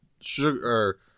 sugar